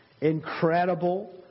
incredible